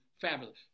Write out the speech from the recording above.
fabulous